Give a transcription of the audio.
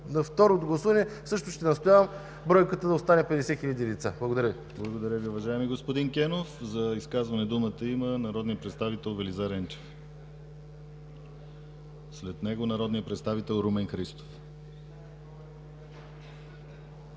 на второ гласуване също ще настоявам бройката да остане 50 хил. лица. Благодаря Ви. ПРЕДСЕДАТЕЛ ДИМИТЪР ГЛАВЧЕВ: Благодаря, уважаеми господин Кенов. За изказване думата има народният представител Велизар Енчев. След него – народният представител Румен Христов.